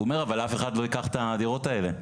הוא אומר, אבל אף אחד לא ייקח את הדירות האלה.